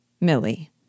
Millie